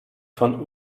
von